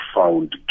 found